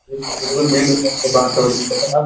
بات ہو رہی ہے جناب